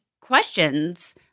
questions